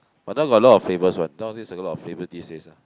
but now got a lot of flavors what nowadays a lot of flavors these days